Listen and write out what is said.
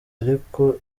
ariko